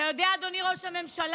אתה יודע, אדוני ראש הממשלה,